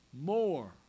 more